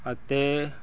ਅਤੇ